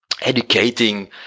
educating